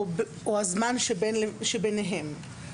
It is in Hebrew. או הזמן שביניהם.